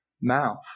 mouth